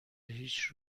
هیچ